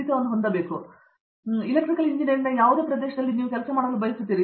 Deepa Venkatesh right electrical ಎಂಜಿನಿಯರಿಂಗ್ನಲ್ಲಿ ಯಾವುದೇ ಪ್ರದೇಶ ನೀವು ಕೆಲಸ ಮಾಡಲು ಬಯಸುತ್ತೀರಿ